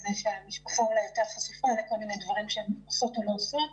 לזה שהמשפחה אולי יותר חשופה לכל מיני דברים שהן עושות או לא עושות.